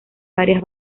varias